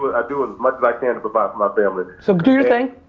but i do as much as i can for but my family. so do your thing.